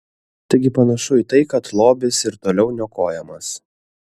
taigi panašu į tai kad lobis ir toliau niokojamas